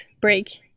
break